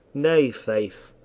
nay, faith,